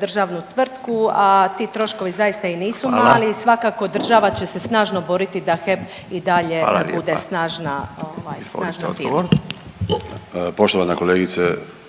državnu tvrtku, a ti troškovi zaista i nisu mali…/Upadica Radin: Hvala/…i svakako država će se snažno boriti da HEP i dalje bude snažna…/Upadica